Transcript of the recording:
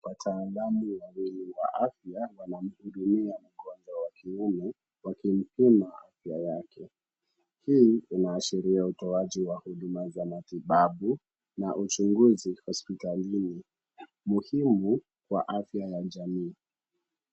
Wataalam wawili wa afya wanamhudumia mgonjwa wa kiume wakimpima afya yake. Hii inaashiria utoaji wa huduma za matibabu na uchunguzi hospitalini, muhimu kwa afya ya jamii.